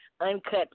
uncut